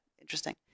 interesting